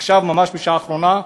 עכשיו ממש, בשעה האחרונה,